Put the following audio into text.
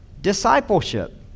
Discipleship